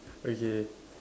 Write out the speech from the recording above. okay